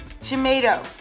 tomato